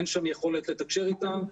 אין שם יכולת לתקשר איתם,